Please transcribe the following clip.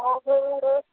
आनी सगळो उडोवन